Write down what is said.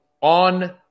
on